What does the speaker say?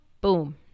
boom